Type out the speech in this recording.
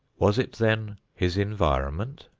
was it then his environment?